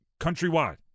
countrywide